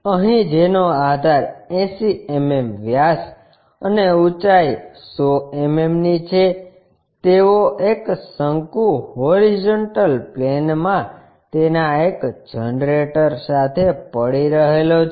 અહીં જેનો આધાર 80 mm વ્યાસ અને ઊંચાઈ 100 mm ની છે તેવો એક શંકુ હોરીઝોન્ટલ પ્લેનમાં તેના એક જનરેટર સાથે પડી રહેલો છે